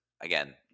again